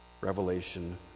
Revelation